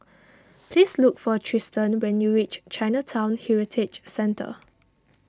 please look for Trystan when you reach Chinatown Heritage Centre